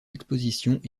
expositions